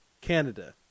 Canada